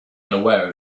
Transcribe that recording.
unaware